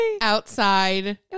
outside